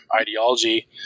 ideology